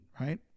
right